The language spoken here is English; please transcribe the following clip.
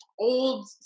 old